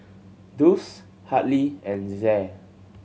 Dulce Hartley and Zaire